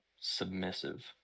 submissive